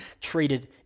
treated